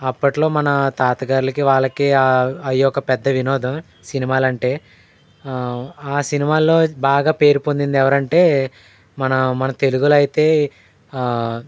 అప్పట్లో మన తాతగార్లకి వాళ్ళకి అయ్యొక పెద్ద వినోదం సినిమాలు అంటే ఆ సినిమాల్లో బాగా పేరుపొందింది ఎవరంటే మన మన తెలుగులో అయితే